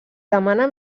demana